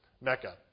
Mecca